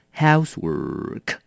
housework